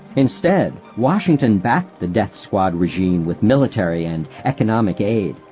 instead washington backed the death squad regime with military and economic aid,